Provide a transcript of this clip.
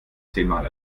zehnmal